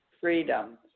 freedom